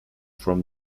from